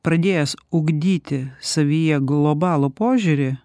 pradėjęs ugdyti savyje globalų požiūrį